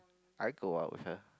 I go out with her